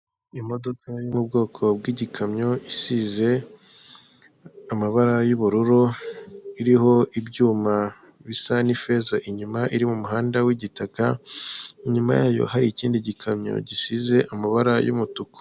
Imodoka yo mu bwoko bw'igikamyo isize amabara y'ubururu iriho ibyuma bisa ni feza inyuma iri mu muhanda wigitaka inyuma yayo hari ikindi gikamyo gisize amabara y'umutuku.